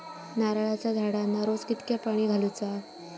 नारळाचा झाडांना रोज कितक्या पाणी घालुचा?